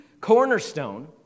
cornerstone